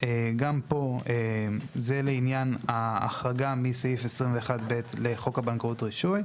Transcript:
גם פה זה לעניין ההחרגה מסעיף 21(ב) לחוק הבנקאות (רישוי).